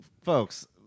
Folks